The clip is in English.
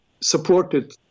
supported